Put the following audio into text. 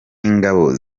ingabo